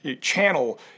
channel